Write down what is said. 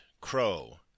crow